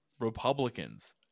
republicans